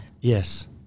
Yes